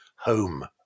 home